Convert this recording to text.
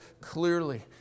clearly